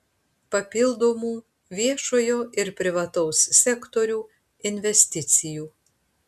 papildomų viešojo ir privataus sektorių investicijų